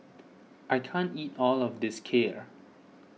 I can't eat all of this Kheer